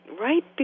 Right